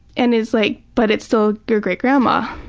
and he's like but it's still your great grandma.